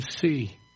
see